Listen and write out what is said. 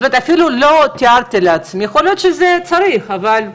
אפילו לא תיארתי לעצמי, יכול להיות שצריך, זה כשר.